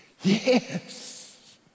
yes